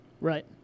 Right